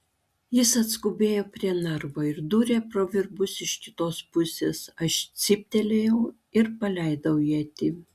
jis atskubėjo prie narvo ir dūrė pro virbus iš kitos pusės aš cyptelėjau ir paleidau ietį